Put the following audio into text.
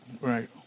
right